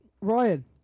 Ryan